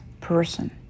person